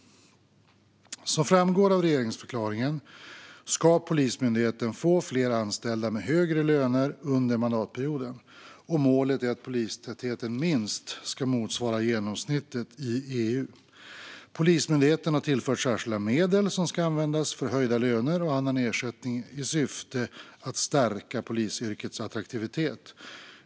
Som framgår av regeringsförklaringen ska Polismyndigheten få fler anställda med högre löner under mandatperioden. Målet är att polistätheten minst ska motsvara genomsnittet i EU. Polismyndigheten har tillförts särskilda medel som ska användas för höjda löner och annan ersättning i syfte att stärka polisyrkets attraktivitet.